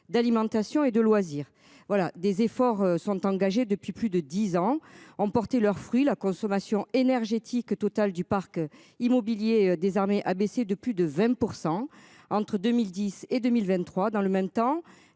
d'alimentation et de loisirs voilà. Des efforts sont engagés depuis plus de 10 ans ont porté leurs fruits. La consommation énergétique totale du parc immobilier des armées a baissé de plus de 20% entre 2010 et 2023 dans le même temps